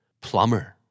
Plumber